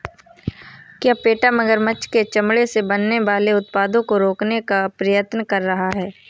क्या पेटा मगरमच्छ के चमड़े से बनने वाले उत्पादों को रोकने का प्रयत्न कर रहा है?